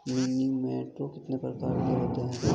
Manometer कितने प्रकार के होते हैं?